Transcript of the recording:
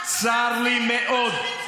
צר לי מאוד,